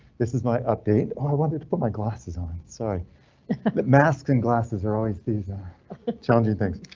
this is my update i wanted to put my glasses on so that mask and glasses are always. these are challenging things.